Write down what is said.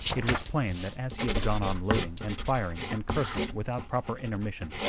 it was plain that as he had gone on loading and firing and cursing without proper intermission,